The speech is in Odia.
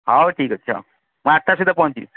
ହେଉ ଠିକ ଅଛି ହେଉ ମୁଁ ଆଠଟା ସୁଦ୍ଧା ପହଞ୍ଚିବି